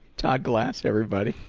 todd glass, everybody.